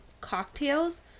cocktails